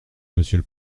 monsieur